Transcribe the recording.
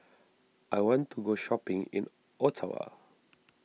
I want to go shopping in Ottawa